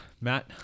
Matt